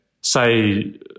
say